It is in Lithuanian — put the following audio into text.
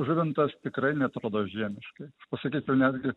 žuvintas tikrai neatrodo žiemiškai aš pasakyčiau netgi